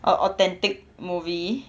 a authentic movie